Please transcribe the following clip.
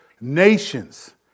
nations